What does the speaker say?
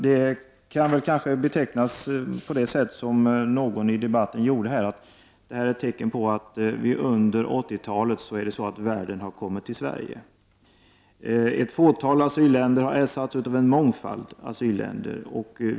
Det kan väl, som någon i debatten påpekåt, sägas vara ett tecken på att under 80-talet har världen kommit till Sverige. Det fanns tidigare endast ett fåtal asylländer, medan det nu finns en mångfald.